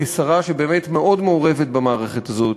כשרה שבאמת מאוד מעורבת במערכת הזאת,